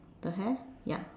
the hair ya